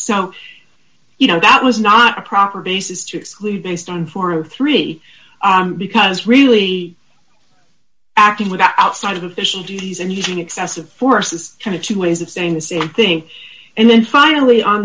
so you know that was not a proper basis to exclude based on four of three because really acting without outside of official duties and using excessive force is kind of two ways of saying the same thing and then finally on